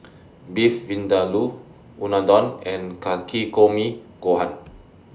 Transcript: Beef Vindaloo Unadon and Takikomi Gohan